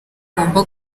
agomba